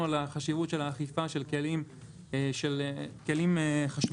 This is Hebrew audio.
על החשיבות של האכיפה של כלים חשמליים.